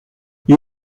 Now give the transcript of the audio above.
you